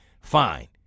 fine